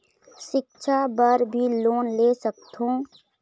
सिक्छा बर भी लोन ले सकथों?